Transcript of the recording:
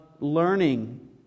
learning